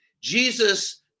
Jesus